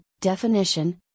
definition